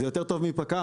זה יותר טוב מפק"מ,